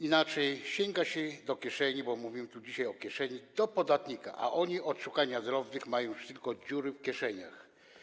Inaczej mówiąc, sięga się do kieszeni, bo mówimy tu dzisiaj o kieszeni, podatników, a oni od szukania drobnych mają już tylko dziury w kieszeniach.